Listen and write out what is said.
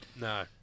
No